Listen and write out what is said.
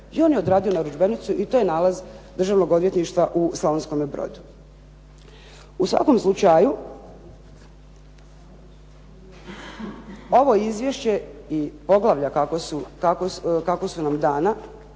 i on je odradio narudžbenicu i to je nalaz Državnog odvjetništva u Slavonskome brodu. U svakom slučaju ovo izvješće i poglavlja kako su nam dana,